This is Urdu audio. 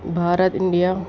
بھارت انڈیا